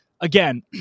Again